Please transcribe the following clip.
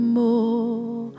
more